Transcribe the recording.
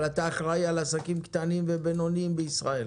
אבל אתה אחראי על עסקים קטנים ובינוניים בישראל.